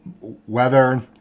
weather